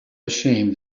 ashamed